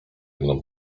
jedną